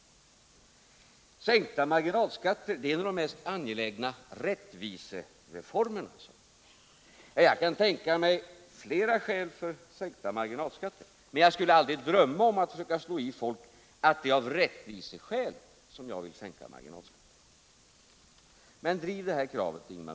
Sänkta marginalskatter är en av de mest angelägna rättvisereformerna, sade Ingemar Mundebo. Jag kan tänka mig flera skäl för att sänka marginalskatterna, men jag skulle aldrig drömma om att försöka slå i folk att det är av rättviseskäl jag vill sänka marginalskatterna.